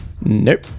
Nope